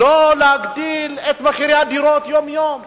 להעלות את מחירי הדירות יום-יום.